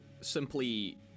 simply